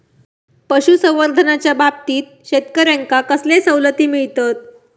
पशुसंवर्धनाच्याबाबतीत शेतकऱ्यांका कसले सवलती मिळतत?